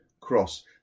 cross